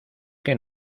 que